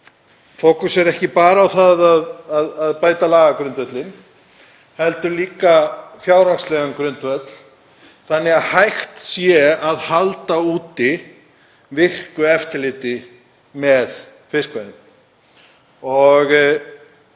fókusera ekki bara á það að bæta lagagrundvöllinn heldur líka fjárhagslegan grundvöll þannig að hægt sé að halda úti virku eftirliti með fiskveiðum.